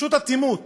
פשוט אטימות.